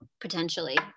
potentially